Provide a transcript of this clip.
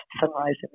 Sunrise